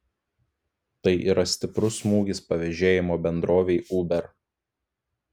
tai yra stiprus smūgis pavėžėjimo bendrovei uber